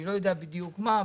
אני לא יודע בדיוק על מה,